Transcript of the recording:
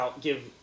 give